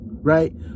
Right